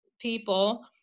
people